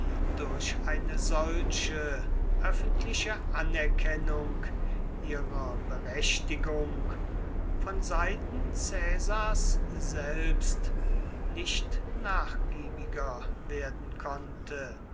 durch eine solche öffentliche anerkennung ihrer berechtigung von seiten caesars selbst nicht nachgiebiger werden konnte